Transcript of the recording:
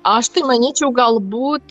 aš tai manyčiau galbūt